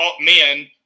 men